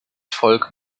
volk